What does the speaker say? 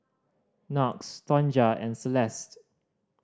Knox Tonja and Celeste